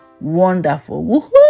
Wonderful